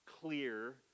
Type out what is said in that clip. clear